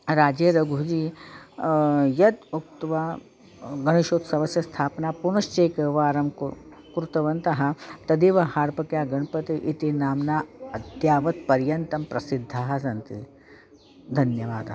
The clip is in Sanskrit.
राजेरघुजी यत् उक्त्वा गणेशोत्सवस्य स्थापनां पुनश्चेकवारं कुर् कृतवन्तः तदेव हार्पक्या गणपतिः इति नाम्ना अत्यावत्पर्यन्तं प्रसिद्धाः सन्ति धन्यवादाः